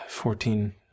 Fourteen